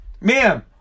Ma'am